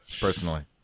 personally